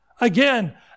Again